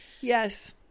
Yes